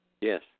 Yes